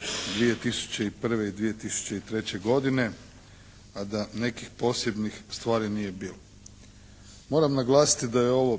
2001. i 2003. godine, a da nekih posebnih stvari nije bilo. Moram naglasiti da je ovo